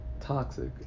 toxic